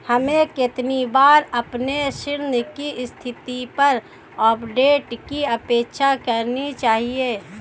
हमें कितनी बार अपने ऋण की स्थिति पर अपडेट की अपेक्षा करनी चाहिए?